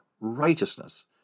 righteousness